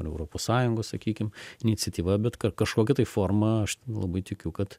ar europos sąjungos sakykim iniciatyva bet ka kažkokia tai forma aš labai tikiu kad